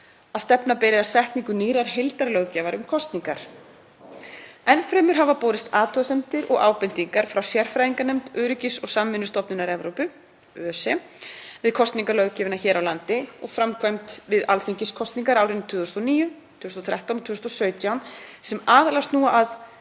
að stefna beri að setningu nýrrar heildarlöggjafar um kosningar. Enn fremur hafa borist athugasemdir og ábendingar frá sérfræðinganefnd Öryggis- og samvinnustofnunar Evrópu (ÖSE) við kosningalöggjöfina hér á landi og framkvæmd við alþingiskosningar árin 2009, 2013 og 2017 sem aðallega snúa að